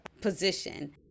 position